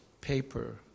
paper